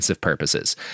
purposes